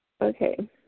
Okay